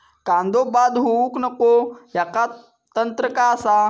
कांदो बाद होऊक नको ह्याका तंत्र काय असा?